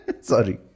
sorry